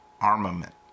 Armament